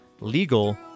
legal